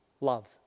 love